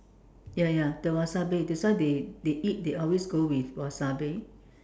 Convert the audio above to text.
ya ya the wasabi that's why they they eat they always go with wasabi